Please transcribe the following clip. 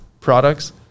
products